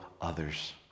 others